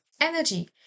energy